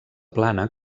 plana